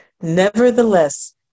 Nevertheless